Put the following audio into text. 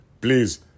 Please